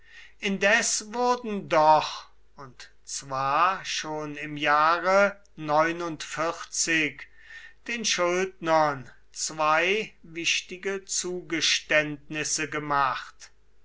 indes wurden doch und zwar schon im jahre den schuldnern zwei wichtige zugeständnisse gemacht